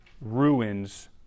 ruins